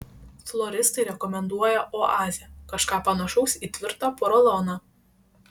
floristai rekomenduoja oazę kažką panašaus į tvirtą poroloną